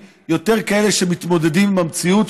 יותר כזה שמתמודד עם המציאות,